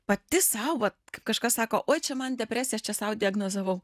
pati sau vat kažkas sako oi čia man depresija aš čia sau diagnozavau